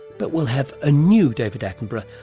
but we'll have a new david attenborough,